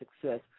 success